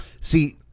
See